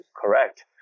correct